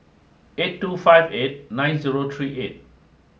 eight two five eight nine zero three eight